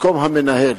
במקום "המנהל",